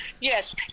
yes